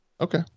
Okay